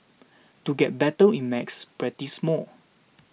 to get better in macs practise more